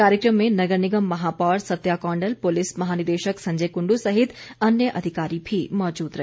कार्यक्रम में नगर निगम महापौर सत्या कौंडल पुलिस महानिदेशक संजय कुंडू सहित अन्य अधिकारी भी मौजूद रहे